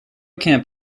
camp